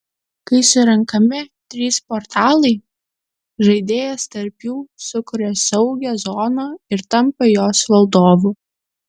kai surenkami trys portalai žaidėjas tarp jų sukuria saugią zoną ir tampa jos valdovu